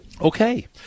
Okay